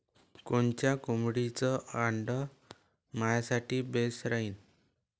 कोनच्या कोंबडीचं आंडे मायासाठी बेस राहीन?